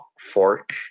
fork